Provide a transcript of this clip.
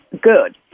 good